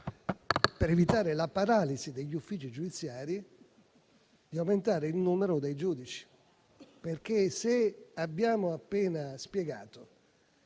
per evitare la paralisi degli uffici giudiziari, di aumentare il numero dei giudici, perché se abbiamo appena spiegato